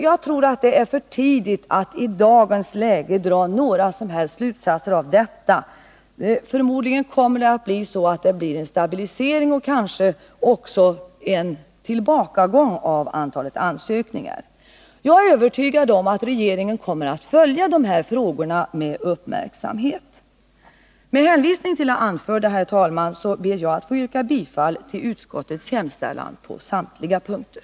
Jag tror att det är för tidigt att i dagens läge dra några som helst slutsatser av det som hittills skett. Förmodligen blir det en stabilisering och kanske också en tillbakagång av antalet ansökningar. Jag är övertygad om att regeringen kommer att följa dessa frågor med uppmärksamhet. Med hänvisning till det anförda, herr talman, ber jag att få yrka bifall till utskottets hemställan på samtliga punkter.